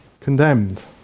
condemned